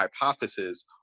hypothesis